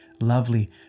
lovely